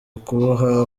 kuboha